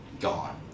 gone